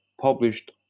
published